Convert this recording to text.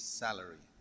salary